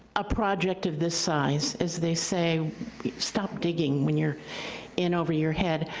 a project of this size as they say stop digging when you're in over your head.